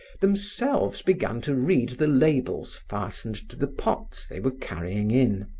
themselves began to read the labels fastened to the pots they were carrying in.